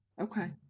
Okay